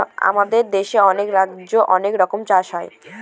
আমাদের দেশে অনেক রাজ্যে অনেক রকমের চাষ হয়